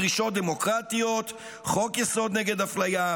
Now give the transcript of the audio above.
דרישות דמוקרטיות: חוק-יסוד: נגד אפליה,